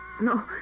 No